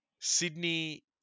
Sydney